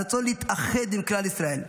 הרצון להתאחד עם כלל ישראל,